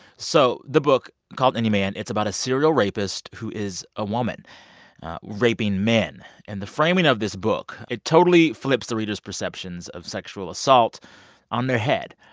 so the book, called any man, it's about a serial rapist who is a woman raping men. and the framing of this book it totally flips the reader's perceptions of sexual assault on their head.